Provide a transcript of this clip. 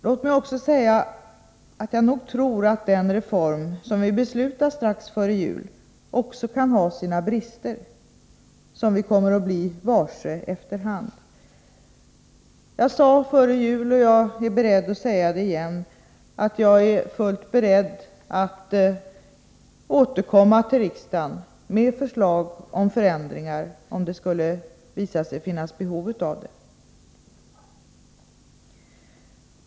Låt mig också säga att jag nog tror att den reform som vi beslutade strax före jul också kan ha sina brister, något som vi kommer att bli varse efter hand. Jag sade då — och säger det nu — att jag är beredd att återkomma till riksdagen med förslag till förändringar om det skulle visa sig finnas behov av det.